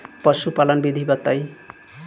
पशुपालन विधि बताई?